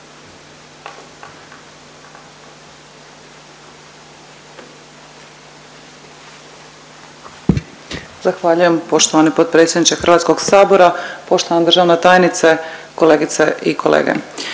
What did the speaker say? Zahvaljujem. Poštovani potpredsjedniče HS-a, poštovana državna tajnice, kolegice i kolege.